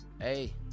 Hey